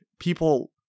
people